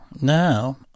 Now